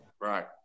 Right